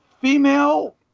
Female